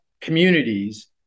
communities